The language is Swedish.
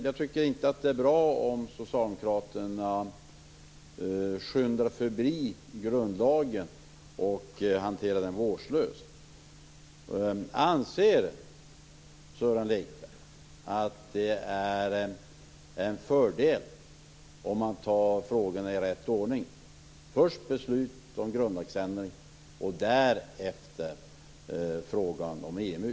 Jag tycker inte att det är bra om Socialdemokraterna skyndar förbi grundlagen och hanterar den vårdslöst. Anser Sören Lekberg att det är en fördel att ta frågorna i rätt ordning? Först skall man fatta beslut om grundlagsändring, och därefter skall man ta frågan om EMU.